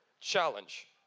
challenge